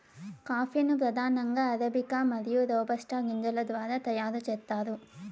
coffee ను ప్రధానంగా arabica మరియు రోబస్టా గింజల ద్వారా తయారు చేత్తారు